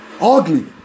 ugly